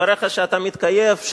ודבריך שאתה מתכייף,